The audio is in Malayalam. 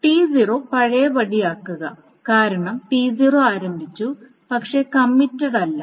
T0 പഴയപടിയാക്കുക കാരണം T0 ആരംഭിച്ചു പക്ഷേ കമ്മിറ്റഡല്ല